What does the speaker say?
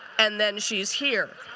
and then she's here.